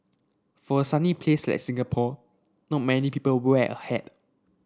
for a sunny place like Singapore no many people wear a hat